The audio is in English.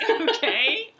okay